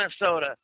Minnesota